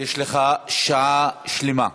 יש לך שעה שלמה.